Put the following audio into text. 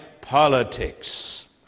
politics